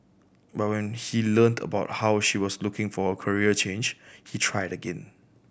but when he learnt about how she was looking for a career change he tried again